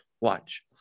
Watch